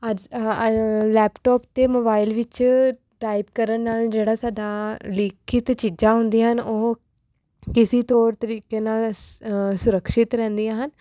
ਅੱਜ ਲੈਪਟਾਪ ਅਤੇ ਮੋਬਾਇਲ ਵਿੱਚ ਟਾਈਪ ਕਰਨ ਨਾਲ ਜਿਹੜਾ ਸਾਡਾ ਲਿਖਿਤ ਚੀਜਾਂ ਹੁੰਦੀਆਂ ਹਨ ਉਹ ਕਿਸੀ ਤੌਰ ਤਰੀਕੇ ਨਾਲ ਸ ਸੁਰੱਖਸ਼ਿਤ ਰਹਿੰਦੀਆਂ ਹਨ